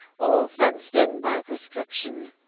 or fenced in, by prescription.